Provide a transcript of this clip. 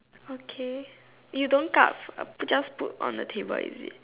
okay you don't cut just put on the table is it